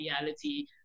reality